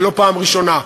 זו לא פעם ראשונה.